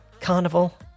Carnival